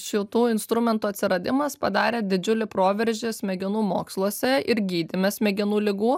šitų instrumentų atsiradimas padarė didžiulį proveržį smegenų moksluose ir gydyme smegenų ligų